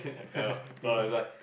ya is like